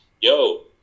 yo